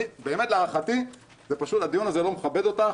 להערכתי הדיון הזה לא מכבד אותך,